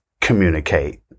communicate